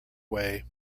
way